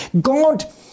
God